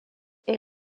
est